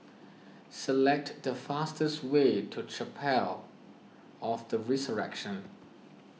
select the fastest way to Chapel of the Resurrection